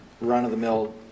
run-of-the-mill